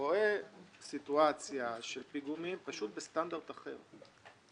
רואה סיטואציה של פיגומים בסטנדרט אחר,